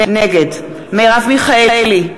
נגד מרב מיכאלי,